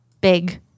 big